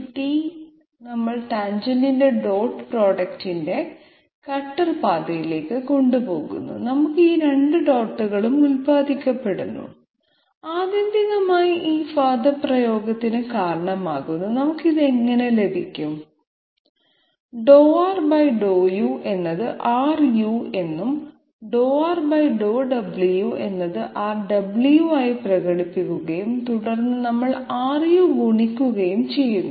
Rt നമ്മൾ ടാൻജെന്റിന്റെ dot പ്രോഡക്റ്റിനെ കട്ടർ പാതയിലേക്ക് കൊണ്ടുപോകുന്നു നമുക്ക് ഈ രണ്ട് ഡോട്ടുകളും ഉൽപ്പാദിപ്പിക്കപ്പെടുന്നു ആത്യന്തികമായി ഇത് ഈ പദപ്രയോഗത്തിന് കാരണമാകുന്നു നമുക്ക് ഇത് എങ്ങനെ ലഭിക്കും ∂R ⁄∂u എന്നത് Ru എന്നും ∂R⁄∂w എന്നത് Rw ആയി പ്രകടിപ്പിക്കുകയും തുടർന്ന് നമ്മൾ Ru ഗുണിക്കുകയും ചെയ്യുന്നു